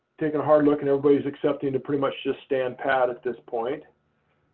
taken a hard look. and everybody's accepting to pretty much just stand pat at this point.